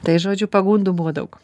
tai žodžių pagundų buvo daug